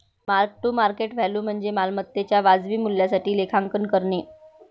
mark to market value म्हणजे मालमत्तेच्या वाजवी मूल्यासाठी लेखांकन करणे